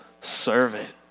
servant